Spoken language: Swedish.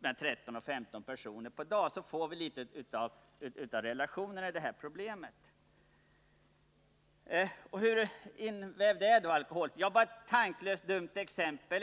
mellan 13 och 15 personer på en dag, så får vi en bild av relationerna mellan de här problemen. Hur invävt är då alkoholbruket i olika sammanhang? Jag kan ta ett exempel.